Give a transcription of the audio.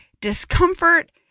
discomfort